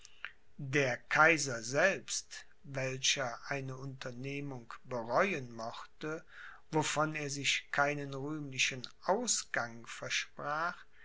der kaiser selbst welcher eine unternehmung bereuen mochte wovon er sich keinen rühmlichen ausgang versprach